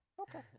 Okay